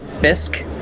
Fisk